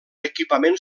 equipament